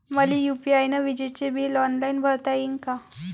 मले यू.पी.आय न विजेचे बिल ऑनलाईन भरता येईन का?